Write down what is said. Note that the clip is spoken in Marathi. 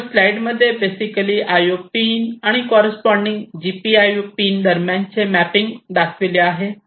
वर स्लाईड मध्ये बेसिकली IO पिन आणि कॉररेस्पॉन्डिन्ग GPIO पिन दरम्यान चे मॅपिंग दाखविले आहे